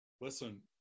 listen